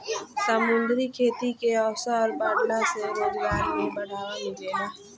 समुंद्री खेती के अवसर बाढ़ला से रोजगार में बढ़ावा मिलेला